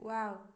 wow